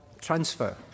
transfer